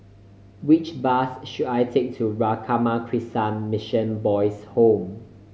which bus should I take to Ramakrishna Mission Boys' Home